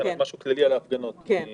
אני